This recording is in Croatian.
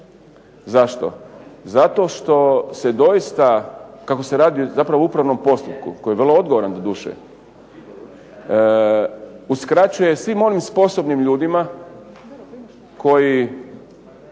Zašto? Zato što se doista, kako se radi zapravo o upravnom postupku koji je vrlo odgovoran doduše, uskraćuje svim onim sposobnim ljudima koji